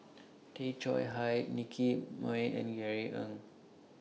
Tay Chong Hai Nicky Moey and Jerry Ng